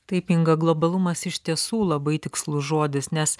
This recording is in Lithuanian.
taip inga globalumas iš tiesų labai tikslus žodis nes